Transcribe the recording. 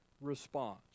response